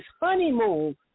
honeymoon